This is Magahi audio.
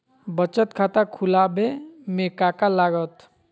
बचत खाता खुला बे में का का लागत?